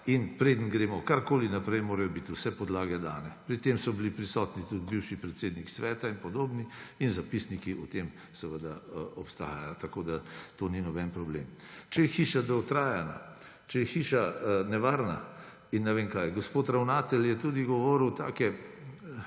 in preden gremo karkoli naprej, morajo biti vse podlage dane. Pri tem so bili prisotni tudi bivši predsednik sveta in podobni in zapisniki o tem seveda obstajajo. Tako to ni noben problem. Če je hiša dotrajana, če je hiša nevarna in ne vem kaj, gospod ravnatelj je tudi govoril take